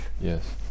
Yes